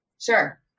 Sure